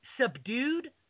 Subdued